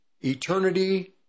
eternity